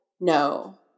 no